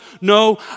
No